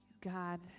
God